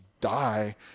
die